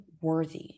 worthy